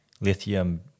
lithium